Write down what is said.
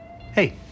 Hey